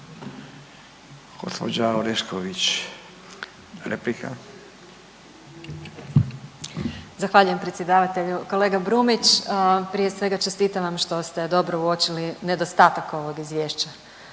s imenom i prezimenom)** Zahvaljujem predsjedavatelju. Kolega Brumnić prije svega čestitam vam što ste dobro uočili nedostatak ovog izvješća.